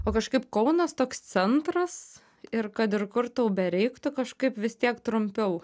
o kažkaip kaunas toks centras ir kad ir kur tau be reiktų kažkaip vis tiek trumpiau